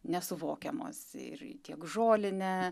nesuvokiamos ir tiek žolinė